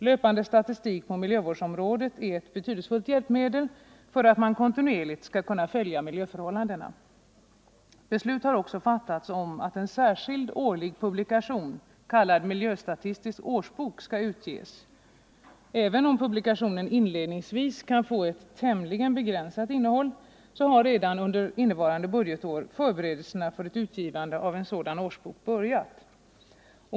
Löpande statistik på miljövårdsområdet är ett betydelsefullt hjälpmedel för att man kontinuerligt skall kunna följa miljöförhållandena. Beslut har också fattats om att en särskild årlig publikation, kallad Miljöstatistisk årsbok, skall utges. Även om publikationen inledningsvis kan få ett tämligen begränsat innehåll, har redan under innevarande budgetår förberedelserna för ett utgivande av en sådan årsbok börjat.